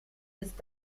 ist